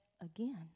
again